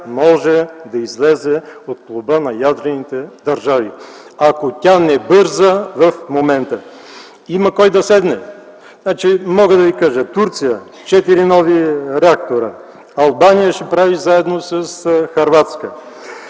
може да излезе от клуба на ядрените държави, ако тя не бърза в момента. Има кой да седне! Мога да ви кажа: Турция – четири нови реактора; Албания ще прави заедно с Хърватска;